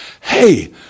Hey